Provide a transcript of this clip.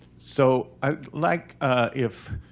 so i'd like if